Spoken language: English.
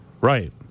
Right